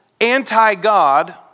anti-God